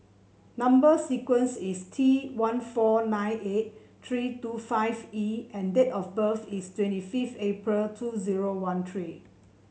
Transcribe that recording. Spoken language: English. number sequence is T one four nine eight three two five E and date of birth is twenty fifth April two zero one three